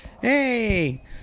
Hey